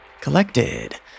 collected